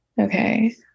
Okay